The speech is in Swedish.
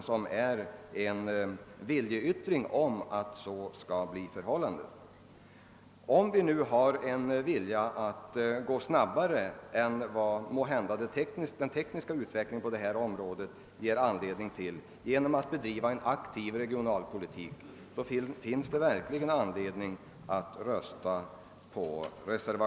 Den innebär en viljeyttring om att delreformer skall genomföras utan att vänta flera år på de tekniska utredningarna.